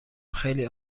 خیلی